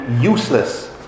useless